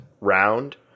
round